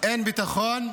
שאין ביטחון,